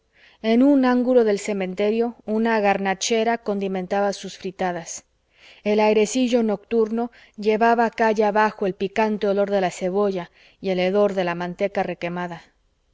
en un ángulo del cementerio una garnachera condimentaba sus fritadas el airecillo nocturno llevaba calle abajo el picante olor de la cebolla y el hedor de la manteca requemada